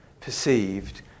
perceived